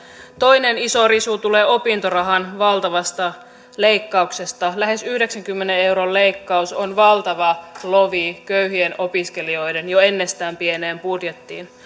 toinen iso risu tulee opintorahan valtavasta leikkauksesta lähes yhdeksänkymmenen euron leikkaus on valtava lovi köyhien opiskelijoiden jo ennestään pieneen budjettiin